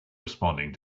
responding